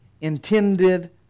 intended